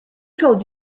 told